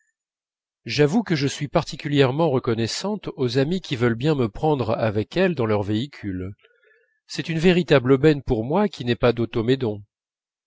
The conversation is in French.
j'avoue que je suis particulièrement reconnaissante aux amies qui veulent bien me prendre avec elles dans leur véhicule c'est une véritable aubaine pour moi qui n'ai pas d'automédon